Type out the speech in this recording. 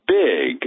big